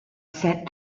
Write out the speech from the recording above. set